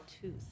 tooth